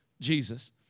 Jesus